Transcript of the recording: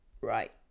Right